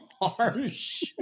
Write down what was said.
harsh